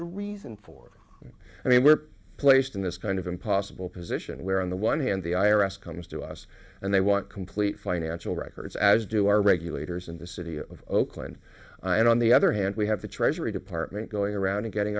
a reason for it i mean we're placed in this kind of impossible position where on the one hand the i r s comes to us and they want complete financial records as do our regulators in the city of oakland and on the other hand we have the treasury department going around and getting